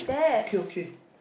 okay okay